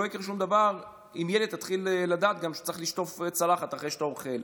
לא יקרה שום דבר אם ילד יתחיל גם לדעת שצריך לשטוף צלחת אחרי שהוא אוכל.